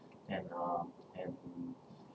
and uh and